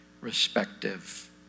respective